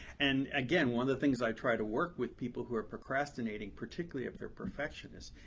and, again, one of the things i try to work with people who are procrastinating, particularly if they're perfectionists,